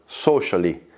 socially